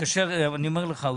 התנצל בפניי.